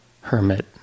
hermit